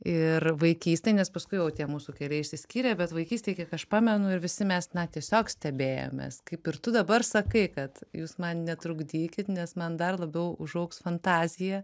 ir vaikystėj nes paskui jau tie mūsų keliai išsiskyrė bet vaikystėj kiek aš pamenu ir visi mes na tiesiog stebėjomės kaip ir tu dabar sakai kad jūs man netrukdykit nes man dar labiau užaugs fantazija